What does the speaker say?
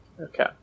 Okay